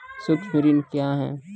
सुक्ष्म ऋण क्या हैं?